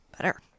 better